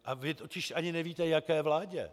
A vy totiž ani nevíte, jaké vládě.